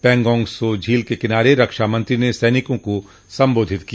पेंगोंग सो झील के किनारे रक्षा मंत्री ने सैनिकों को सम्बोधित किया